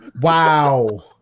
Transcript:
Wow